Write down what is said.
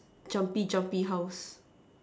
jumpy jumpy house